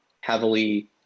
heavily